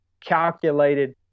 calculated